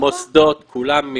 כולם.